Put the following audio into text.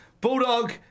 Bulldog